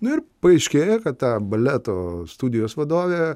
nu ir paaiškėja kad ta baleto studijos vadovė